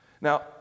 Now